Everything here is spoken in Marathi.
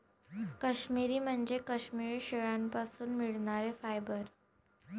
काश्मिरी म्हणजे काश्मिरी शेळ्यांपासून मिळणारे फायबर